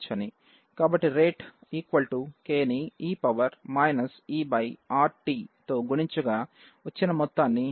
కాబట్టి రేట్ kని e E RT తో గుణించగా వచ్చిన మొత్తాన్ని గాఢత యొక్క 1